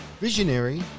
Visionary